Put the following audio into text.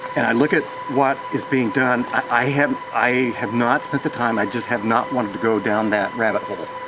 and i look at what is being done. i have i have not spent the time, i just have not wanted to go down that rabbit, but